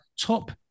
top